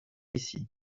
ici